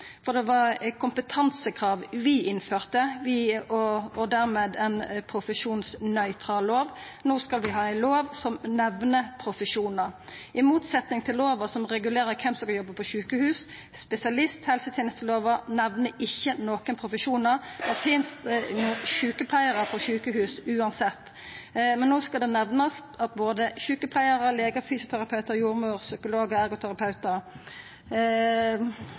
lovgivinga. Det var kompetansekrav vi innførte, og dermed ei profesjonsnøytral lov. No skal vi ha ei lov som nemner profesjonar, i motsetning til lova som regulerer kven som jobbar på sjukehus. Spesialisthelsetenestelova nemner ikkje nokon profesjonar. Det finst sjukepleiarar på sjukehus uansett. Men no skal både sjukepleiarar, legar, fysioterapeutar, jordmødrer, psykologar, terapeutar og